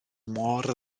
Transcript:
mor